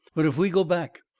but if we go back,